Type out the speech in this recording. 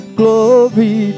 glory